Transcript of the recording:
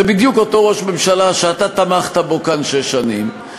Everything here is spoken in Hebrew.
זה בדיוק אותו ראש ממשלה שאתה תמכת בו כאן שש שנים,